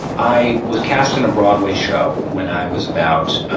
i was cast in a broadway show when i was about ah